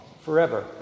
forever